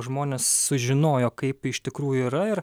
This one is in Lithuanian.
žmonės sužinojo kaip iš tikrųjų yra ir